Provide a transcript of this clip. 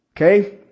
Okay